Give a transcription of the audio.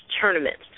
tournaments